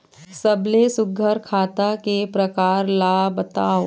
सबले सुघ्घर खाता के प्रकार ला बताव?